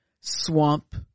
swamp